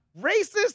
Racist